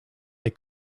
they